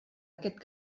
aquest